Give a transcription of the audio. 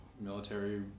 military